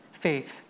faith